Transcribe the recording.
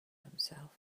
himself